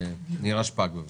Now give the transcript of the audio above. נירה שפק, בבקשה.